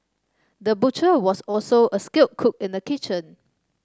the butcher was also a skilled cook in the kitchen